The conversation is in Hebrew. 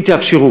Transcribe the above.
תקשיב טוב.